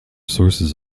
sources